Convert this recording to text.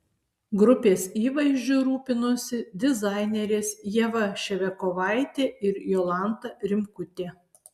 grupės įvaizdžiu rūpinosi dizainerės ieva ševiakovaitė ir jolanta rimkutė